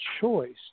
choice